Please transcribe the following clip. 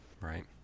Right